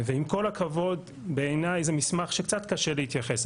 עם כל הכבוד, בעיניי זה מסמך שקצת קשה להתייחס.